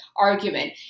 argument